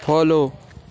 follow